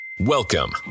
Welcome